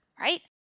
right